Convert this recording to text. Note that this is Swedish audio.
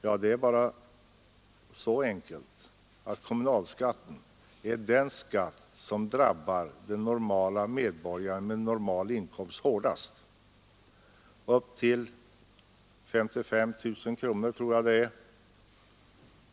Förklaringen är så enkel som att kommunalskatten är den skatt som drabbar den normale medborgaren med normal inkomst hårdast, upp till 55 000 kronors inkomst — jag tror att det är